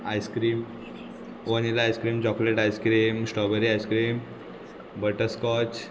ice-cream vanilla ice-cream chocolate ice-cream strawberry ice-cream butterscotch